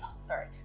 sorry